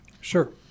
Sure